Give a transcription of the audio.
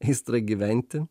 aistra gyventi